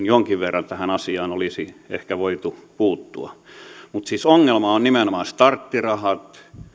jonkin verran tähän asiaan olisi ehkä voitu puuttua mutta siis ongelma on nimenomaan starttiraha